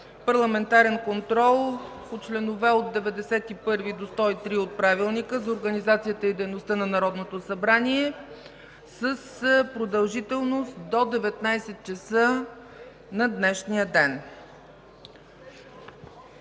Парламентарен контрол по чл. чл. 91 – 103 от Правилника за организацията и дейността на Народното събрание, с продължителност до 19,00 ч. на днешния ден.